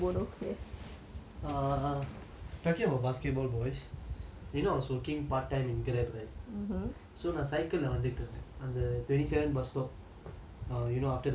talking about basketball boys you know I was working part time in Grab right so நான்:naan cycle leh வந்துட்டு இருந்தேன் அந்த:vanthutu irunthaen antha on the twenty seven bus stop err you know after the highway ஒரு ஒரு:oru oru bus stop இருக்கும்:irukum